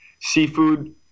seafood